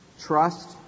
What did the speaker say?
trust